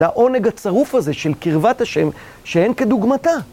זה העונג הצרוף הזה של קרבת השם שאין כדוגמתה.